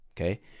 okay